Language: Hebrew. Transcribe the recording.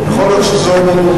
יכול להיות שזאת אמנות,